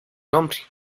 nombre